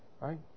Right